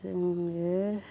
जोङो